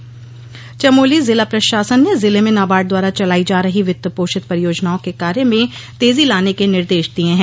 नाबार्ड चमोली जिला प्रशासन ने जिले में नाबार्ड द्वारा चलाई जा रही वित्त पोषित परियोजनाओं के कार्य में तेजी लाने के निर्देश दिए हैं